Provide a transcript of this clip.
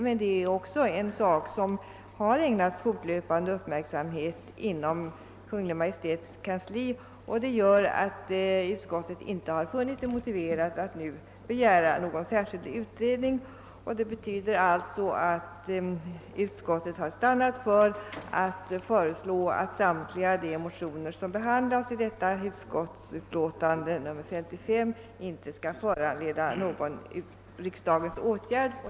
Men det är också en sak som har ägnats fortlöpande uppmärksamhet inom Kungl. Maj:ts kansli, och utskottet har därför inte funnit motiverat att nu begära någon särskild utredning i frågan. Vad jag här sagt betyder att första lagutskottet har stannat för att ingen av de motioner som behandlas i första lagutskottets utlåtande nr 55 bör föranleda någon riksdagens åtgärd.